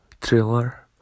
thriller